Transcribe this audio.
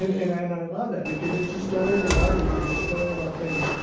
and and and i love that because it's a story of the martyrs. it's the story of our faith